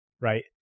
Right